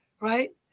right